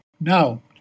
Now